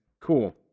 Cool